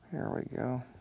there we go. oh,